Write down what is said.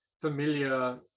familiar